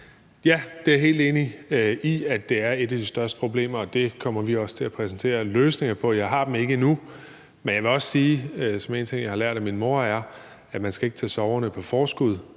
Jeg er helt enig i, at det er et af de største problemer, og det kommer vi også til at præsentere løsninger på. Jeg har dem ikke endnu. Men jeg vil også sige, at en ting, jeg har lært af min mor, er, at man ikke skal tage sorgerne på forskud,